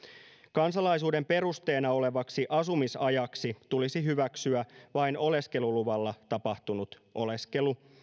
kansalaisuuden perusteena olevaksi asumisajaksi tulisi hyväksyä vain oleskeluluvalla tapahtunut oleskelu